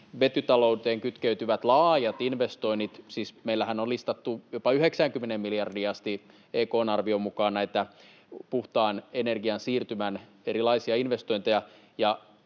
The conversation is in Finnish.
vetytalouteen kytkeytyvät laajat investoinnit. Meillähän on listattu jopa 90 miljardiin asti EK:n arvion mukaan näitä puhtaan energian siirtymän erilaisia investointeja.